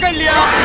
leone